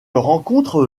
rencontre